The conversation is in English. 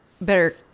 better